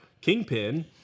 Kingpin